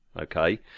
Okay